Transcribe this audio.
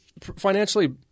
financially –